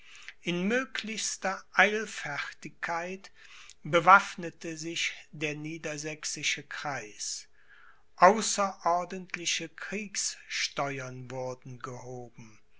in möglichster eilfertigkeit bewaffnete sich der niedersächsische kreis außerordentliche kriegssteuern wurden gehoben